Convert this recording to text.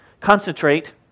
concentrate